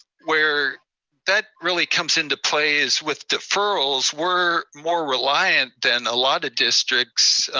where that really comes into play is with deferrals. we're more reliant than a lot of districts,